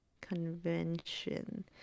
convention